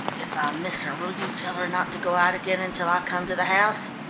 if i miss her will you tell her not to go out again until i come to the house?